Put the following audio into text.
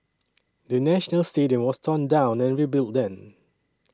the National Stadium was torn down and rebuilt then